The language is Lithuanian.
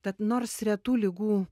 tad nors retų ligų